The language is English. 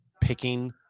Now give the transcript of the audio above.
picking